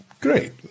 Great